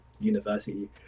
university